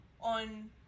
on